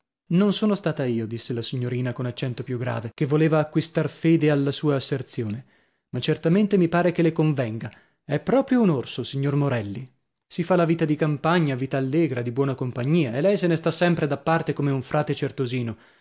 non sono stata io disse la signorina con accento più grave che voleva acquistar fede alla sua asserzione ma certamente mi pare che le convenga è proprio un orso signor morelli si fa la vita di campagna vita allegra di buona compagnia e lei se ne sta sempre da parte come un frate certosino